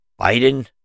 Biden